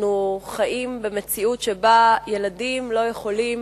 אנחנו חיים במציאות שבה ילדים לא יכולים